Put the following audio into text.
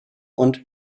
und